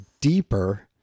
deeper